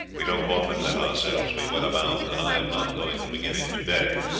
we don't often let ourselves be weather bound, and i am not going to begin it today.